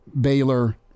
Baylor